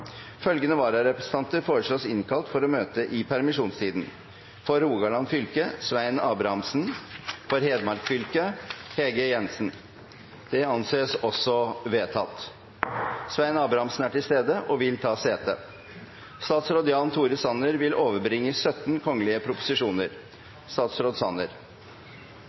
Følgende vararepresentanter innkalles for å møte i permisjonstiden: For Rogaland fylke: Svein Abrahamsen For Hedmark fylke: Hege Jensen Svein Abrahamsen er til stede og vil ta sete. Representanten Torgeir Micaelsen vil